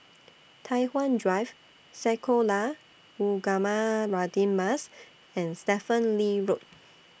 Tai Hwan Drive Sekolah Ugama Radin Mas and Stephen Lee Road